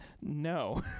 No